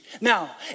Now